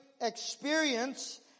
experience